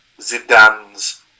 Zidane's